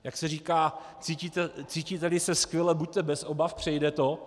Jak se říká, cítíteli se skvěle, buďte bez obav, přejde to.